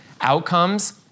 outcomes